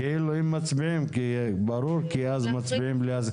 ברור, כי אז מצביעים בלי.